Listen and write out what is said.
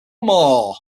more